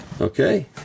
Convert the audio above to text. Okay